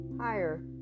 higher